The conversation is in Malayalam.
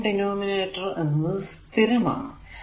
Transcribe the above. ഇവിടെയും ഡിനോമിനേറ്റർ എന്നത് സ്ഥിരമാണ്